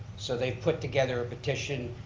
so they put together a petition,